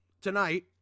tonight